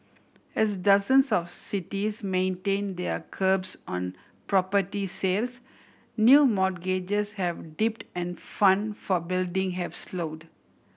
as dozens of cities maintain their curbs on property sales new mortgages have dipped and fund for building have slowed